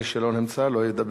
מי שלא נמצא לא ידבר.